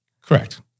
Correct